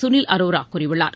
Sunil அரோராகூறியுள்ளார்